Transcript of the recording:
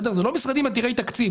אלה לא משרדים עתירי תקציב.